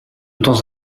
temps